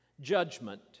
judgment